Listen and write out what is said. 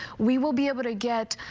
we will be able to get.